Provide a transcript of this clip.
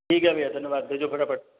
ठीक है भैया धन्यवाद भेजो फटाफट